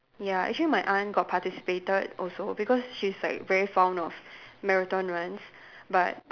ya actually my aunt got participated also because she's like very fond of marathon runs but